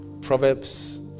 Proverbs